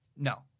No